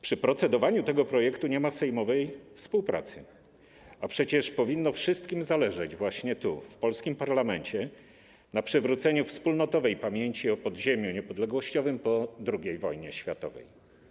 Przy procedowaniu nad tym projektem nie ma sejmowej współpracy, a przecież powinno wszystkim zależeć, właśnie tu, w polskim parlamencie, na przywróceniu wspólnotowej pamięci o podziemiu niepodległościowym po II wojnie światowej.